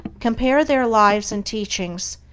compare their lives and teachings,